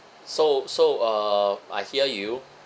so so uh I hear you